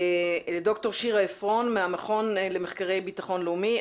ד"ר שירה עפרון מהמכון למחקרי ביטחון לאומי,